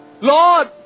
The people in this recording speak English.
Lord